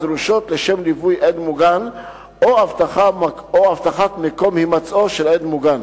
הדרושות לשם ליווי עד מוגן או אבטחת מקום הימצאו של עד מוגן.